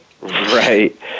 Right